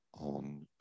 on